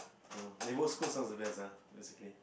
you know neighbourhood school sounds the best ah basically